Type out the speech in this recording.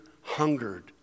hungered